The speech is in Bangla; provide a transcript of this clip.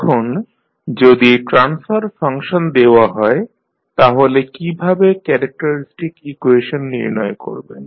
এখন যদি ট্রান্সফার ফাংশন দেওয়া হয় তাহলে কীভাবে ক্যারেক্টারিস্টিক ইকুয়েশন নির্ণয় করবেন